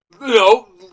No